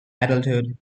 adulthood